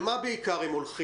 על מה בעיקר הם הולכים?